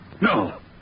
No